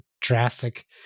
drastic